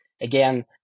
again